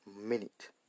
minute